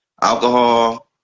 alcohol